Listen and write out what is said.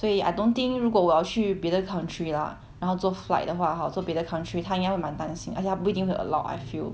所以 I don't think 如果我要去别的 country lah 然后做 flight 的话 hor to 别的 country 她应该会蛮担心 !aiya! 不一定会 allowed I feel